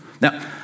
Now